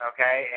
Okay